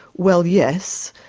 well yes,